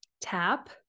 tap